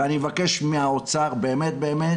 ואני מבקש מהאוצר באמת באמת,